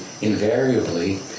invariably